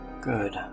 Good